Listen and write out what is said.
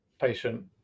patient